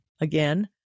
again